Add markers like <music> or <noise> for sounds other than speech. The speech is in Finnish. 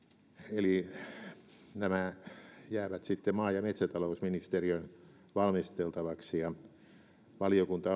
eli nämä jäävät sitten maa ja metsätalousministeriön valmisteltavaksi valiokunta <unintelligible>